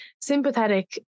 sympathetic